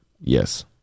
Yes